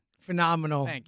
Phenomenal